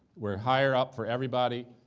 we're higher up for everybody,